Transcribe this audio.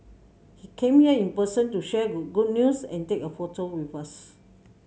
he came here in person to share good news and take a photo with us